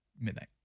midnight